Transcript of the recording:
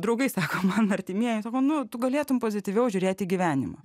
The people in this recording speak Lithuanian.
draugai sako man artimieji sako nu tu galėtum pozityviau žiūrėt į gyvenimą